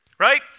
right